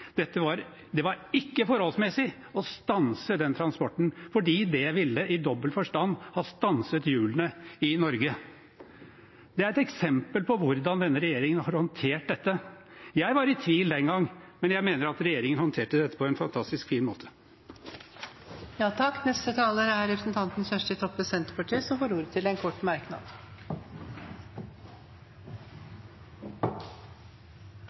Det var ikke forholdsmessig å stanse den transporten, for det ville i dobbelt forstand ha stanset hjulene i Norge. Det er et eksempel på hvordan denne regjeringen har håndtert dette. Jeg var i tvil den gang, men jeg mener at regjeringen håndterte dette på en fantastisk fin måte. Representanten Kjersti Toppe har hatt ordet to ganger tidligere og får ordet til en kort